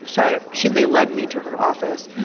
so i she they lead me to her office.